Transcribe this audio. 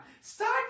start